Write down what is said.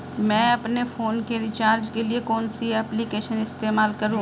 मैं अपने फोन के रिचार्ज के लिए कौन सी एप्लिकेशन इस्तेमाल करूँ?